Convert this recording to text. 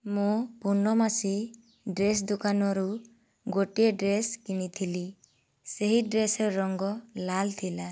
ମୁଁ ପୁର୍ଣମାସି ଡ୍ରେସ୍ ଦୋକାନରୁ ଗୋଟିଏ ଡ୍ରେସ୍ କିଣିଥିଲି ସେହି ଡ୍ରେସ୍ର ରଙ୍ଗ ଲାଲ ଥିଲା